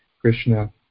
Krishna